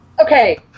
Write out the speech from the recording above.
Okay